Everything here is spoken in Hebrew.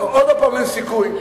עוד פעם "אין סיכוי".